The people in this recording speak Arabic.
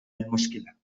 المشكلة